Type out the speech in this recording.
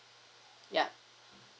yup